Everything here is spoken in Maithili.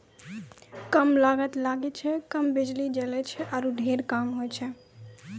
कम लागत लगै छै, कम बिजली जलै छै आरो ढेर काम होय छै